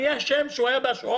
מי אשם שהוא היה בשואה?